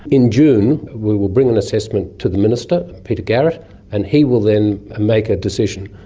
in june we will bring an assessment to the minister peter garrett and he will then make a decision.